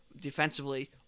Defensively